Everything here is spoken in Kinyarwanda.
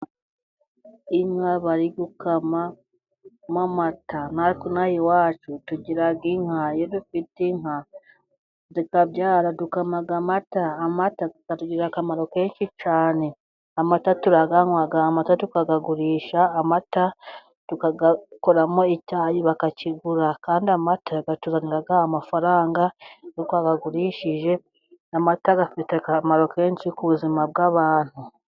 Inka bari gukama amata, natwe inaha iwacu tugira inka, iyo dufite inka, zikabyara dukama amata, amata atugirira akamaro kenshi cyane, amata turayanywa, amata turayagurisha, amata tukayatekamo icyayi, bakakigura kandi amata atuzanira amafaranga iyo twayagagurishije, amata afite akamaro kenshi, ku buzima bw'abantu.